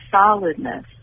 solidness